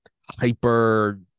hyper